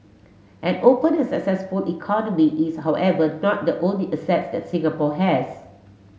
an open and successful economy is however not the only assets that Singapore has